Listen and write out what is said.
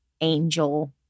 angel